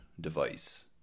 device